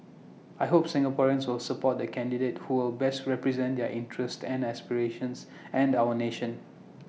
I hope Singaporeans will support the candidate who will best represent their interests and aspirations and our nation